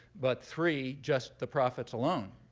but three, just the profits alone.